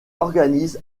organise